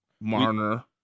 Marner